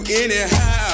anyhow